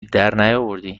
درنیاوردی